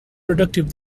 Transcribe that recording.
productive